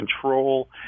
control